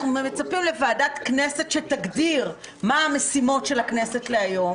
אנחנו גם מצפים לוועדת כנסת שתגדיר מה המשימות של הכנסת להיום,